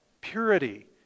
Purity